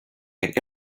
and